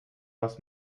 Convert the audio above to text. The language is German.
was